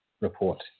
report